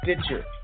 Stitcher